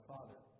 Father